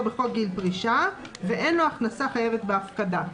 בכל גיל פרישה ואין לו הכנסה חייבת בהפקדה.